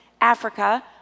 Africa